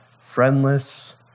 friendless